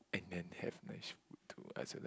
and then have nice food too I also like nice food